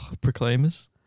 Proclaimers